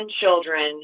children